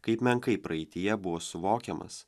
kaip menkai praeityje buvo suvokiamas